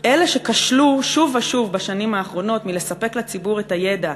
אלה שכשלו שוב ושוב בשנים האחרונות לספק לציבור את הידע,